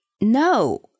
No